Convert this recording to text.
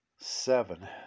seven